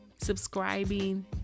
subscribing